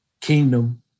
kingdom